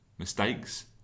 Mistakes